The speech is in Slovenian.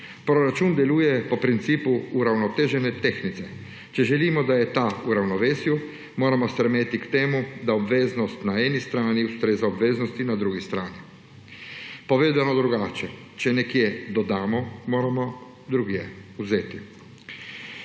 Proračun deluje po principu uravnotežene tehtnice; če želimo, da je ta v ravnovesju, moramo strmeti k temu, da obveznost na eni strani ustreza obveznosti na drugi strani. Povedano drugače, če nekje dodamo, moramo drugje vzeti.